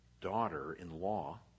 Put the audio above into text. daughter-in-law